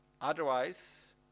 Otherwise